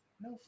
no